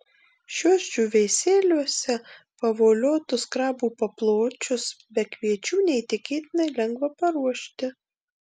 šiuos džiūvėsėliuose pavoliotus krabų papločius be kviečių neįtikėtinai lengva paruošti